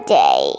day